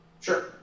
Sure